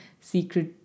secret